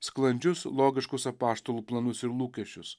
sklandžius logiškus apaštalų planus ir lūkesčius